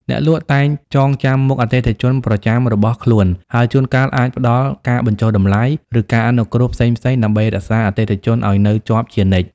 អ្នកលក់តែងចងចាំមុខអតិថិជនប្រចាំរបស់ខ្លួន ហើយជួនកាលអាចផ្តល់ការបញ្ចុះតម្លៃ ឬការអនុគ្រោះផ្សេងៗដើម្បីរក្សាអតិថិជនឱ្យនៅជាប់ជានិច្ច។